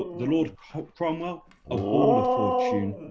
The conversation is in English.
the lord cromwell, a ball of fortune,